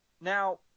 Now